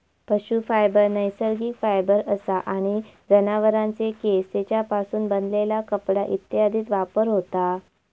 पशू फायबर नैसर्गिक फायबर असा आणि जनावरांचे केस, तेंच्यापासून बनलेला कपडा इत्यादीत वापर होता